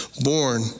born